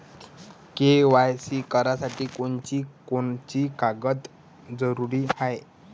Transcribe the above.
KYC करासाठी कोनची कोनची कागद जरुरी हाय?